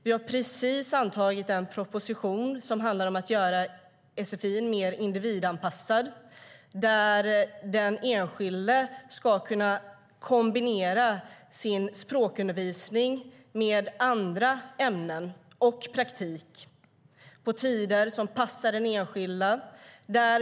Vi har precis antagit en proposition om att göra sfi mer individanpassad. Den enskilde ska kunna kombinera sin språkundervisning med andra ämnen och praktik på tider som passar den enskilde.